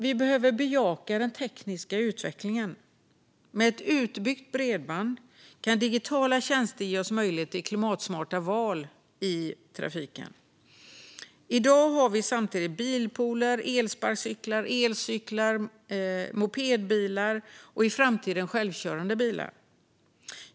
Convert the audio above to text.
Vi behöver bejaka den tekniska utvecklingen. Med utbyggt bredband kan digitala tjänster ge oss möjlighet till klimatsmarta val i trafiken. I dag har vi samtidigt bilpooler, elsparkcyklar, elcyklar och mopedbilar, och i framtiden har vi självkörande bilar.